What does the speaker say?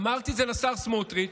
אמרתי את זה לשר סמוטריץ'